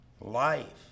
life